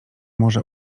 może